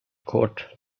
caught